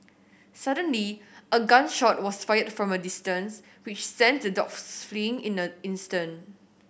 suddenly a gun shot was fired from a distance which sent the dogs fleeing in an instant